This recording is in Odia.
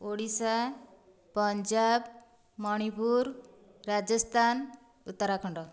ଓଡ଼ିଶା ପଞ୍ଜାବ ମଣିପୁର ରାଜସ୍ଥାନ ଉତ୍ତରାଖଣ୍ଡ